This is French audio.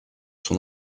son